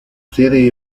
sede